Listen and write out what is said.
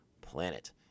planet